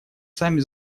сами